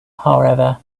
however